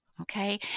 okay